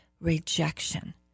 rejection